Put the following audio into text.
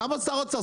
למה שר האוצר?